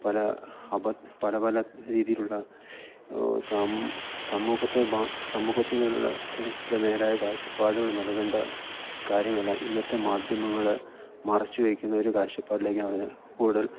പല പല പല രീതിയിലുള്ള സമൂഹത്തെ സമൂഹത്തിനുള്ള ചില നേരായ കാഴ്ച്ചപ്പാടുകൾ നൽകേണ്ട കാര്യങ്ങളല്ല ഇന്നത്തെ മാധ്യമങ്ങൾ മറച്ചു വയ്ക്കുന്ന ഒരു കാഴ്ച്ചപ്പാടിലേക്കാണ് അത് കൂടുതൽ